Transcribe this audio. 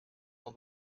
sans